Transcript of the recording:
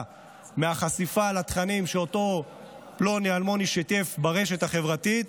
מהחשיפה לתכנים ששיתף פלוני-אלמוני ברשת החברתית,